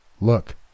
Look